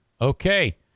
Okay